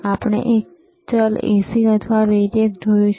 અને આપણે ચલ AC અથવા વેરિએક જોયું છે